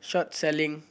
short selling